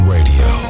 Radio